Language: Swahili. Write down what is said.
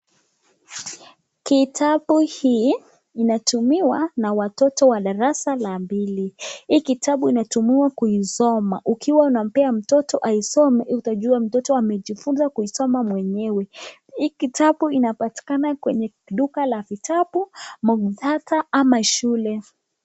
Kitabu hii inatumiwa na watoto wa darasa la pili. Hii kitabu inatumiwa kuisoma ukiwa unampea mtoto aisome utajua mtoto amejifunza kuisoma mwenyewe. Hii kitabu inapatikana kwenye duka la vitabu maktaba au shule.